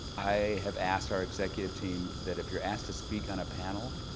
i have asked our executive team that if you're asked to speak on a panel,